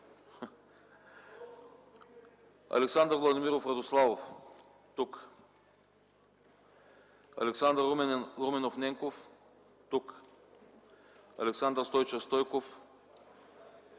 Александър Владимиров Радославов -- тук Александър Руменов Ненков - тук Александър Стойчев Стойков -